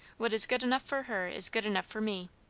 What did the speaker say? what is good enough for her is good enough for me.